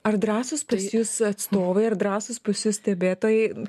ar drąsūs pas jus atstovai ar drąsūs pas jus stebėtojai